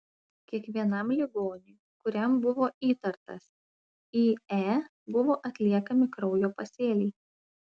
kiekvienam ligoniui kuriam buvo įtartas ie buvo atliekami kraujo pasėliai